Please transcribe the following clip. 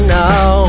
now